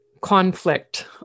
conflict